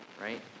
right